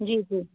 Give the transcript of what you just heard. जी जी